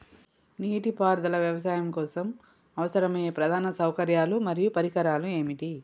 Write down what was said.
నీటిపారుదల వ్యవసాయం కోసం అవసరమయ్యే ప్రధాన సౌకర్యాలు మరియు పరికరాలు ఏమిటి?